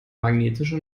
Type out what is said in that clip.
magnetische